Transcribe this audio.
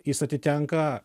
jis atitenka